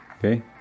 Okay